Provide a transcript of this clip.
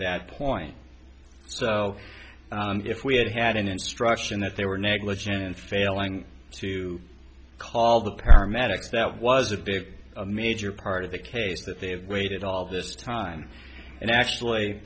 that point so if we had had an instruction that they were negligent in failing to call the paramedics that was a big major part of the case that they have waited all this time and actually